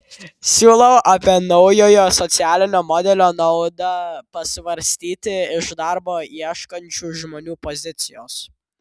siūlau apie naujojo socialinio modelio naudą pasvarstyti iš darbo ieškančių žmonių pozicijos